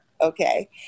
Okay